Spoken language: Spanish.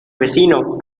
vecino